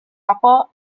upper